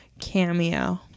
cameo